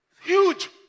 Huge